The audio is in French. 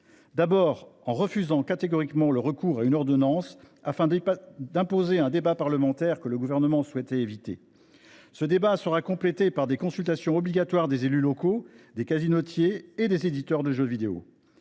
avons refusé catégoriquement le recours à une ordonnance, afin d’imposer un débat parlementaire que le Gouvernement souhaitait éviter. Cette discussion sera complétée par la consultation obligatoire des élus locaux, des casinotiers et des éditeurs de jeux vidéo.